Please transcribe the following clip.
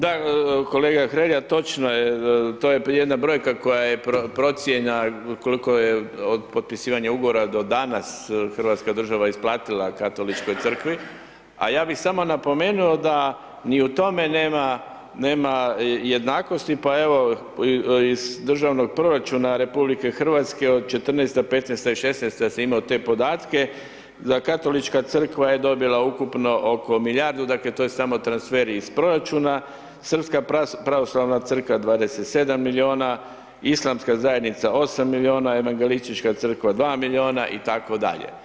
Da, kolega Hrelja, točno je, to je jedna brojka koja je procijenjena koliko je od potpisivanja ugovora do danas hrvatska država isplatila Katoličkoj crkvi a ja bi samo napomenuo da ni o tome nema jednakosti pa evo iz državnog proračuna RH od 2014., 2015. i 2016. sam imao te podatke, da Katolička crkva je dobila ukupno oko milijardu, dakle to je samo transfer iz proračuna, srpska pravoslavna crkva 27 milijuna, islamska zajednica 8 milijuna, Evangelistička crkva 2 milijuna itd.